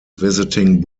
visiting